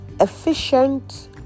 efficient